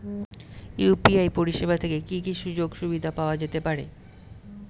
UPI পরিষেবা থেকে কি কি সুযোগ সুবিধা পাওয়া যেতে পারে?